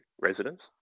residents